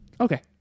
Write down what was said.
Okay